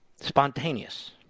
Spontaneous